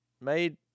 made